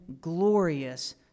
glorious